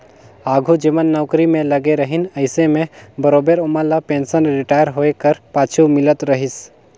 आघु जेमन नउकरी में लगे रहिन अइसे में बरोबेर ओमन ल पेंसन रिटायर होए कर पाछू मिलत रहिस